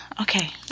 Okay